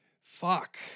Fuck